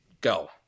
go